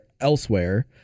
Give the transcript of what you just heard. elsewhere